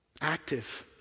active